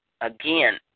Again